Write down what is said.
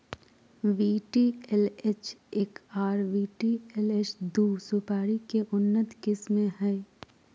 VTLH एक आर VTLH दू सुपारी के उन्नत किस्म हय